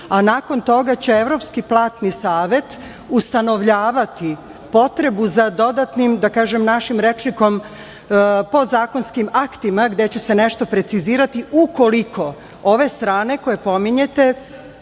a nakon toga će evropski platni savet ustanovljavati potrebu za dodatnim, da kažem našim rečnikom, podzakonskim aktima gde će se nešto precizirati ukoliko ove strane koje pominjete